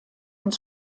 ins